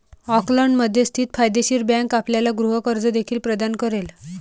ऑकलंडमध्ये स्थित फायदेशीर बँक आपल्याला गृह कर्ज देखील प्रदान करेल